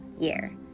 year